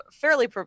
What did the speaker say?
Fairly